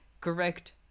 correct